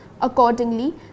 Accordingly